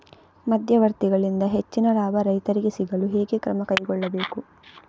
ಮಧ್ಯವರ್ತಿಗಳಿಂದ ಹೆಚ್ಚಿನ ಲಾಭ ರೈತರಿಗೆ ಸಿಗಲು ಹೇಗೆ ಕ್ರಮ ಕೈಗೊಳ್ಳಬೇಕು?